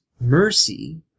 mercy